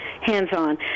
hands-on